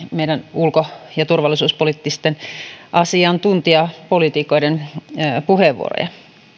ulko ja turvallisuuspoliittisten asiantuntijapoliitikoiden puheenvuoroja